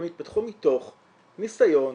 הם התפתחו מתוך ניסיון,